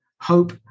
hope